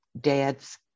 dad's